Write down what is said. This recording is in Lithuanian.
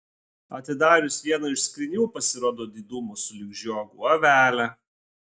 atidarius vieną iš skrynių pasirodo didumo sulig žiogu avelė